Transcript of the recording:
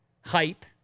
hype